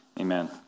Amen